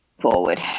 forward